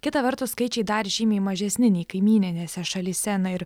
kita vertus skaičiai dar žymiai mažesni nei kaimyninėse šalyse na ir